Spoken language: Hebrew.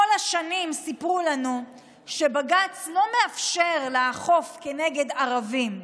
כל השנים סיפרו לנו שבג"ץ לא מאפשר לאכוף נגד ערבים,